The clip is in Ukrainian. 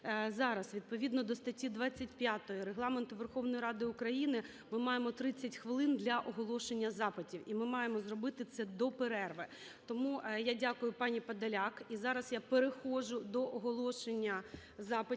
зараз відповідно до статті 25 Регламенту Верховної Ради України ми маємо 30 хвилин для оголошення запитів, і ми маємо зробити це до перерви. Тому я дякую пані Подоляк, і зараз я переходжу до оголошення запитів